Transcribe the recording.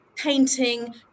painting